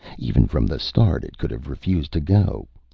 even from the start, it could have refused to go.